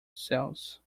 sales